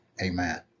amen